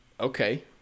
Okay